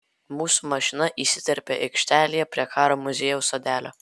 mūsų mašina įsiterpia aikštelėje prie karo muziejaus sodelio